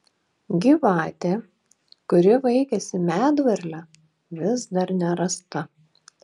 gyvatė kuri vaikėsi medvarlę vis dar nerasta